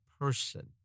person